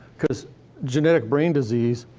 because genetic brain disease,